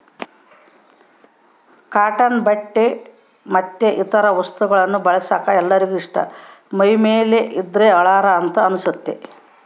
cotton ಬಟ್ಟೆ ಮತ್ತೆ ಇತರ ವಸ್ತುಗಳನ್ನ ಬಳಸಕ ಎಲ್ಲರಿಗೆ ಇಷ್ಟ ಮೈಮೇಲೆ ಇದ್ದ್ರೆ ಹಳಾರ ಅಂತ ಅನಸ್ತತೆ